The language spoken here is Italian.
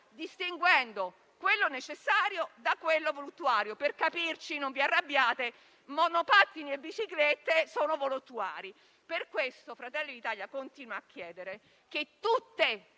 distinguendo quello necessario da quello voluttuario. Per capirci - non vi arrabbiate - monopattini e biciclette sono voluttuari. Per questo Fratelli d'Italia continua a chiedere che tutte